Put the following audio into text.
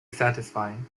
satisfying